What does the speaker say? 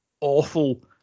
awful